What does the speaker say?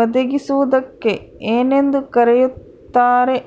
ಒದಗಿಸುವುದಕ್ಕೆ ಏನೆಂದು ಕರೆಯುತ್ತಾರೆ?